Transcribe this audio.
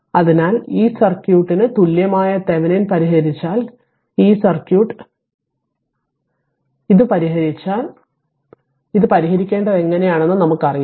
അതിനാൽ ഈ സർക്യൂട്ടിന് തുല്യമായ തെവെനിൻ പരിഹരിച്ചാൽ ഇത് പരിഹരിച്ചാൽ ഈ സർക്യൂട്ട് പരിഹരിച്ചാൽ അത് പരിഹരിക്കേണ്ടത് എങ്ങനെ ആണെന്നു ഇപ്പോൾ അറിയാം